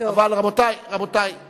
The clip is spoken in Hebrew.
רבותי,